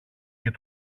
και